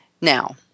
now